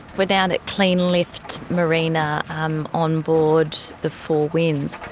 we're down at cleanlift marina um on board the four winds.